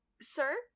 Sir